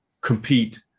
compete